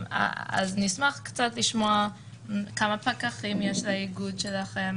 נשמח לשמוע קצת כמה פקחים יש לאיגוד שלכם,